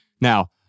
Now